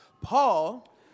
Paul